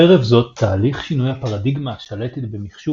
חרף זאת תהליך שינוי הפרדיגמה השלטת במחשוב